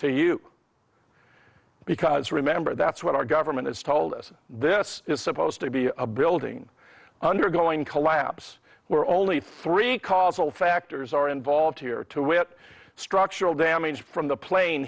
to you because remember that's what our government has told us this is supposed to be a building undergoing collapse were only three causal factors are involved here to it structural damage from the plane